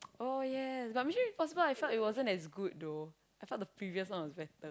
oh yes but Mission-Impossible I felt it wasn't as good though I felt the previous one was better